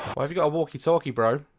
have you got a walkie talkie bro?